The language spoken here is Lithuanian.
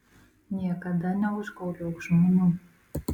niekada neužgauliok žmonių